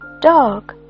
Dog